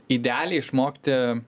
idealiai išmokti